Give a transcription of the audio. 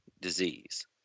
disease